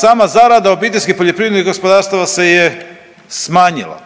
sama zarada OPG-ova se je smanjila